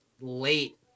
late